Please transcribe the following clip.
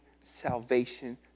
salvation